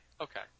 okay